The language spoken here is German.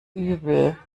übel